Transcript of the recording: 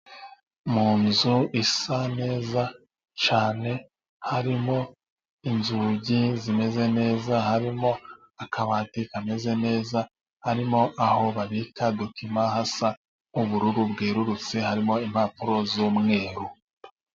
Mu nzu isa neza cyane harimo inzugi zimeze neza, harimo akabati kameze neza. Harimo aho babika dokima hasa nk'ubururu bwererutse. Harimo impapuro z'umweru.